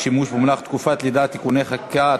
שימוש במונח תקופת לידה (תיקוני חקיקה),